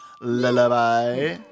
lullaby